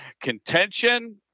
contention